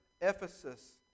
Ephesus